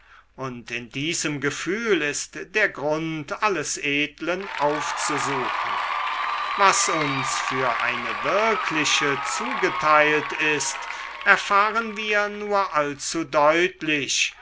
und in diesem gefühl ist der grund alles edlen aufzusuchen was uns für eine wirkliche zugeteilt sei erfahren wir nur allzu deutlich